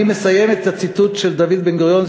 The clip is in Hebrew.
אני מסיים את הציטוט מדוד בן-גוריון,